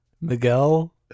Miguel